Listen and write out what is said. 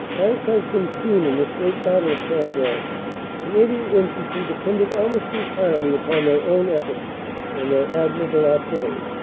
s has been seen, in this great battle of cambrai the canadian infantry de pended almost entirely upon their own efforts and their admir able artillery.